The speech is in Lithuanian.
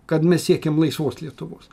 kad mes siekiam laisvos lietuvos